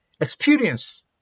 experience